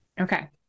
Okay